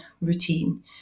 routine